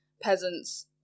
peasants